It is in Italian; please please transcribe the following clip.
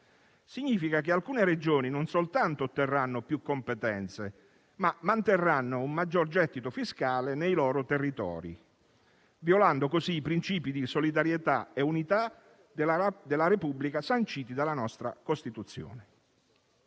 Significa che alcune Regioni non soltanto otterranno più competenze, ma manterranno un maggiore gettito fiscale nei loro territori, violando così i principi di solidarietà e unità della Repubblica sanciti dalla nostra Costituzione.